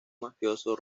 mafioso